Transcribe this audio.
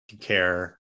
care